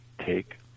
take